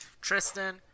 Tristan